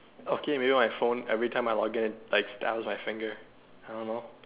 okay maybe with my phone everytime I log in like I dial with my fingers I don't know